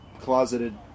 closeted